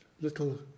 little